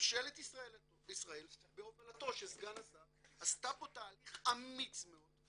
וממשלת ישראל בהובלתו של סגן השר עשתה פה תהליך אמיץ מאוד,